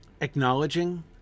acknowledging